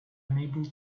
unable